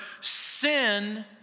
sin